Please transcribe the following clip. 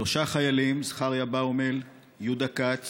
שלושה חיילים, זכריה באומל, יהודה כץ